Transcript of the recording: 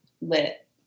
Lit